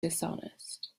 dishonest